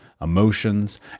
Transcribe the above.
emotions